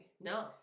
No